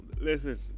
listen